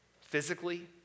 physically